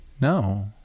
No